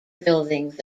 buildings